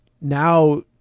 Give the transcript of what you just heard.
now